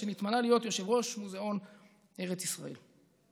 כשנתמנה להיות יושב-ראש מוזיאון ארץ ישראל.